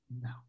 No